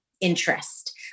interest